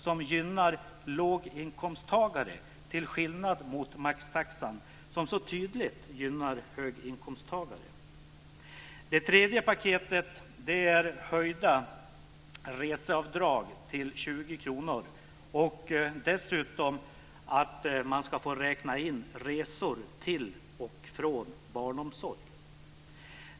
Detta gynnar låginkomsttagare till skillnad från maxtaxan som så tydligt gynnar höginkomsttagare. Det tredje paketet är höjda reseavdrag till 20 kr och dessutom att man ska få räkna in resor till och från barnomsorg.